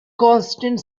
constant